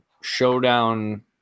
showdown